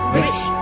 rich